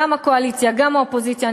גם הקואליציה גם האופוזיציה,